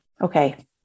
Okay